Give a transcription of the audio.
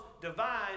divine